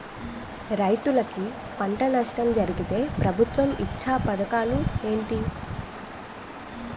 రైతులుకి పంట నష్టం జరిగితే ప్రభుత్వం ఇచ్చా పథకాలు ఏంటి?